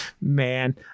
man